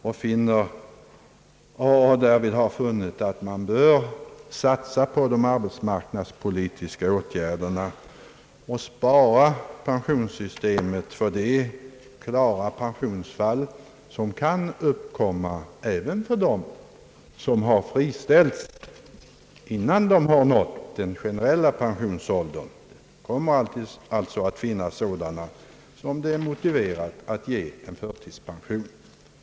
Utskottet har funnit, atl man bör satsa på de arbetsmarknadspolitiska åtgärderna och spara pensionssystemet för de klara pensionsfall, som kan uppkomma även för dem som har friställts innan de nått den generella pensionsåldern. Det kommer alltid att finnas sådana fall där det är motiverat att ge en förtidspension. Herr talman!